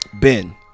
Ben